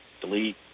delete